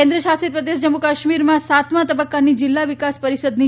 કેન્દ્રશાસિત પ્રદેશ જમ્મુ કાશ્મીરમાં સાતમા તબક્કાની જિલ્લા વિકાસ પરિષદની